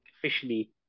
officially